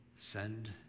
send